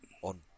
on